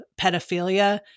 pedophilia